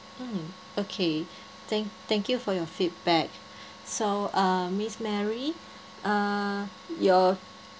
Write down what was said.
mm okay thank thank you for your feedback so uh miss mary uh your